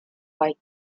park